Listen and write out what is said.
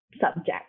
subject